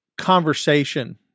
conversation